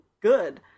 good